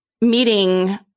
meeting